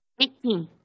Eighteen